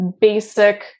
basic